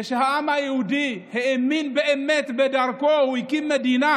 כשהעם היהודי האמין באמת בדרכו, הוא הקים מדינה,